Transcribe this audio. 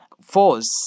force